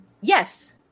Yes